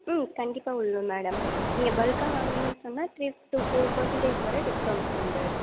ம் கண்டிப்பாக முடியும் மேடம் நீங்கள் பல்க்காக வாங்கினிங்கன்னு சொன்னால் த்ரீ டு ஃபோர் பெர்சண்டேஜ் வரை டிஸ்கவுண்ட்ஸ் உண்டு